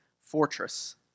fortress